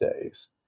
days